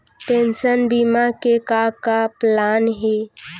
Pension बीमा के का का प्लान हे?